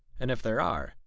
and if there are,